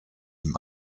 ihm